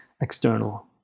external